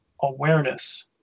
awareness